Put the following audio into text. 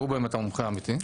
הוא באמת המומחה האמיתי.